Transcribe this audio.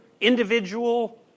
individual